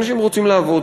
אנשים רוצים לעבוד.